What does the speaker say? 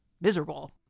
miserable